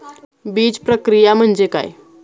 बीजप्रक्रिया म्हणजे काय?